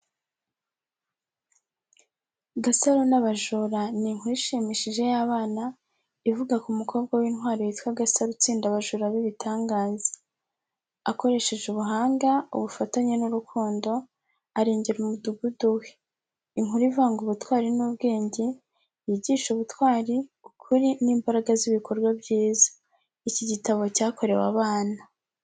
Gasaro n’Abajura ni inkuru ishimishije y’abana ivuga ku mukobwa w’intwari witwa Gasaro utsinda abajura b’ibitangaza. Akoresheje ubuhanga, ubufatanye n’urukundo, arengera umudugudu we. Inkuru ivanga ubutwari n’ubwenge, yigisha ubutwari, ukuri, n’imbaraga z’ibikorwa byiza. Iki gitabo cyakorewe abana.